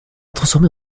transformée